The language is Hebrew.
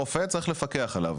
הרופא צריך לפקח עליו.